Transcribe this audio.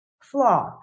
flaw